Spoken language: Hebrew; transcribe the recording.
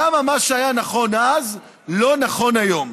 למה מה שהיה נכון אז לא נכון היום?